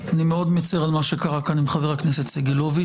אני מאוד מצר על מה שקרה כאן עם חבר הכנסת סגלוביץ',